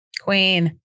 queen